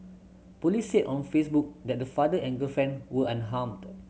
police said on Facebook that the father and girlfriend were unharmed